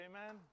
Amen